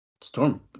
Storm